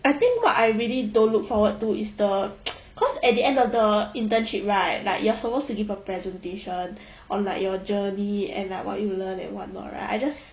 I think what I really don't look forward to is the cause at the end of the internship right like you're supposed to give a presentation on like your journey and like what you learn and what not right I just